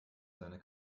seine